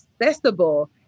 accessible